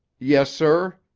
yes, sir,